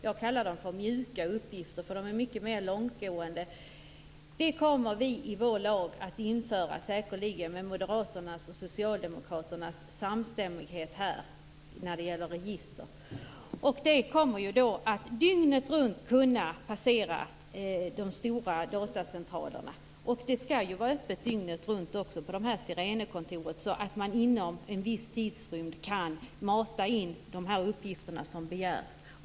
Jag kallar dem mjuka uppgifter, eftersom de är mycket mer långtgående. Detta kommer vi säkerligen att införa i vår lag med moderaternas och socialdemokraternas samstämmighet när det gäller register. Det hela kommer att kunna passera de stora datacentralerna dygnet runt. Sirenekontoret skall ju också vara öppet dygnet runt, så att man inom en viss tidsrymd kan mata in de uppgifter som begärs.